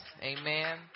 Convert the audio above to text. Amen